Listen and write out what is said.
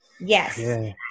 Yes